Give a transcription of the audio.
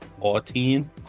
Fourteen